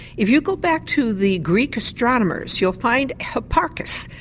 if you go back to the greek astronomers you'll find hipparchus,